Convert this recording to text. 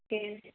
جی